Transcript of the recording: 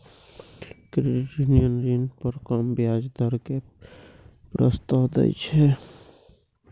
credit union ऋण पर कम ब्याज दर के प्रस्ताव दै छै